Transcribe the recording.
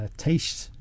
taste